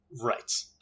right